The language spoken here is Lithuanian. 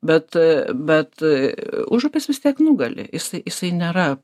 bet bet užupis vis tiek nugali jisai jisai nėra